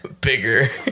bigger